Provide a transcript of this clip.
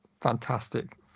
fantastic